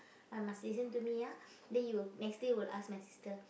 ah must listen to me ah then you next day will ask my sister